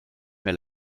mehr